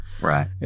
right